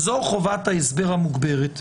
זאת חובת ההסבר המוגברת.